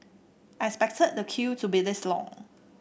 I expected the queue to be this long